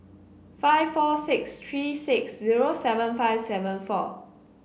five four six three six zero seven five seven four